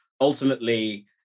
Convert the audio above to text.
ultimately